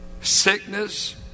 Sickness